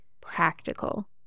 practical